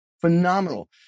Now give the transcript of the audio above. Phenomenal